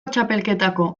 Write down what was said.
txapelketako